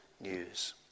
news